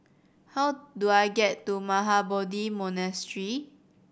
how do I get to Mahabodhi Monastery